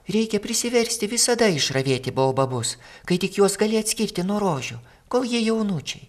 reikia prisiversti visada išravėti baobabus kai tik juos gali atskirti nuo rožių kol jie jaunučiai